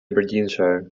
aberdeenshire